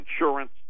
insurance